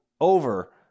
over